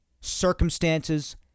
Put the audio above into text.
circumstances